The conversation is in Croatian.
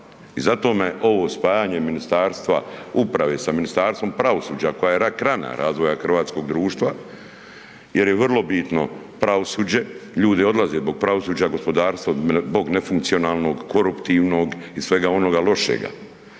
i zato me ovo spajanje Ministarstva uprave sa Ministarstvom pravosuđa, koja je rak rana razvoja hrvatskog društva jer je vrlo bitno pravosuđe, ljudi odlaze zbog pravosuđa, gospodarstva, zbog nefunkcionalnog, koruptivnog i svega onoga lošega.